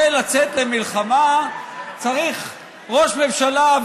כדי לצאת למלחמה צריך ראש ממשלה,